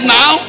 now